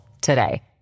today